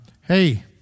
Hey